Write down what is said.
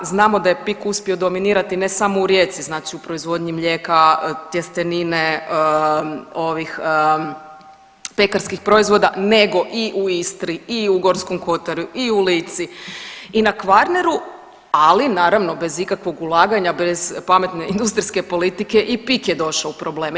Znamo da je PIK uspio dominirati ne samo u Rijeci znači u proizvodnji mlijeka, tjestenine ovih pekarskih proizvoda nego i u Istri i u Gorskom kotaru i u Lici i na Kvarneru, ali naravno bez ikakvog ulaganja, bez pametne industrijske politike i PIK je došao u probleme.